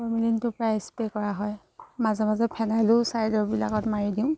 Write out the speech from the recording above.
ফৰ্মেলিনটো প্ৰায় স্প্ৰে কৰা হয় মাজে মাজে ফেনাইলেও চাইডৰবিলাকত মাৰি দিওঁ